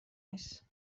نیست